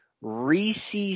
Reese